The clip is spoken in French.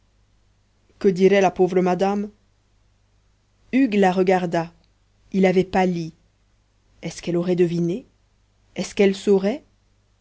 que dirait la pauvre madame hugues la regarda il avait pâli est-ce qu'elle aurait deviné est-ce qu'elle saurait